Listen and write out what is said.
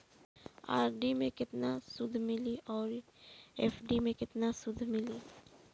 RD मे केतना सूद मिली आउर एफ.डी मे केतना सूद मिली?